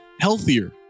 healthier